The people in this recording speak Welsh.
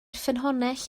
ffynhonnell